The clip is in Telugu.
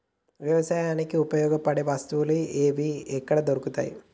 వ్యవసాయానికి ఉపయోగపడే వస్తువులు ఏవి ఎక్కడ దొరుకుతాయి?